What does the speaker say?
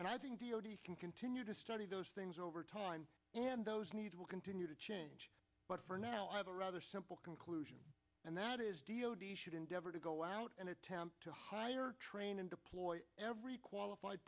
i can continue to study those things over time and those need will continue to change but for now i have a rather simple conclusion and that is d o d should endeavor to go out and attempt to hire train and deploy every qualified